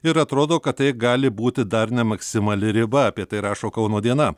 ir atrodo kad tai gali būti dar ne maksimali riba apie tai rašo kauno diena